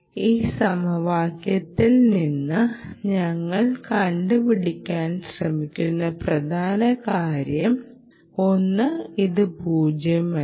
ഈ സമവാക്യത്തിൽ നിന്ന് ഞങ്ങൾ കണ്ട് പിടിക്കാൻ ശ്രമിക്കുന്ന പ്രധാന കാര്യം ഒന്ന് ഇത് പൂജ്യമല്ല